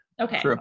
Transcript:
Okay